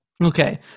Okay